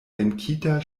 venkita